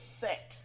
six